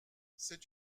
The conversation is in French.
c’est